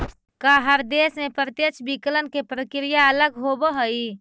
का हर देश में प्रत्यक्ष विकलन के प्रक्रिया अलग होवऽ हइ?